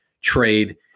trade